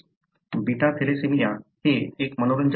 beta thalassaemia हे एक मनोरंजक उदाहरण आहे